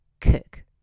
cook